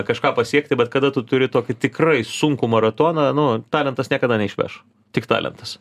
kažką pasiekti bet kada tu turi tokį tikrai sunkų maratoną nu talentas niekada neišveš tik talentas